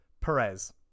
Perez